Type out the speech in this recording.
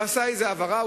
הוא עשה איזו העברה,